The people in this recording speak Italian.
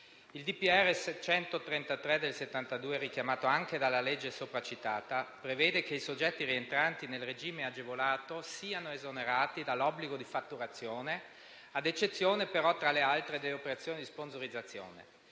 n. 633 del 1972, richiamato dall'articolo 2 della legge n. 398 del 1991, prevede che i soggetti rientranti nel regime agevolato siano esonerati dall'obbligo di fatturazione, ad eccezione, tra le altre, delle operazioni di sponsorizzazione,